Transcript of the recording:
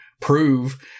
prove